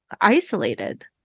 isolated